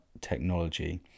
technology